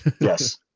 Yes